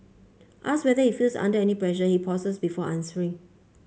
asked whether he feels under any pressure he pauses before answering